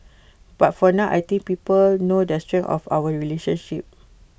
but for now I think people know the strength of our relationship